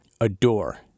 Adore